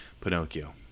Pinocchio